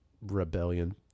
Rebellion